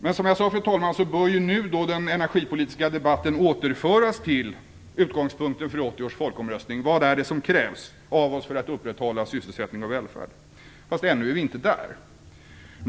Men nu, fru talman, bör den energipolitiska debatten återföras till utgångspunkten för 1980 års folkomröstning: Vad krävs av oss för att upprätthålla sysselsättning och välfärd? Men ännu är vi inte där.